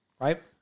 right